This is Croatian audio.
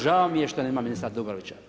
Žao mi je što nema ministra Dobrovića.